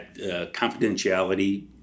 confidentiality